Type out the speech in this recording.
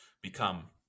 become